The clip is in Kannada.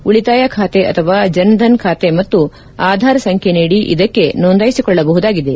ಉಳಿತಾಯ ಖಾತೆ ಅಥವಾ ಜನ್ಧನ್ ಖಾತೆ ಮತ್ತು ಆಧಾರ್ ಸಂಖ್ಯೆ ನೀಡಿ ಇದಕ್ಕೆ ನೋಂದಾಯಿಸಿಕೊಳ್ಳಬಹುದಾಗಿದೆ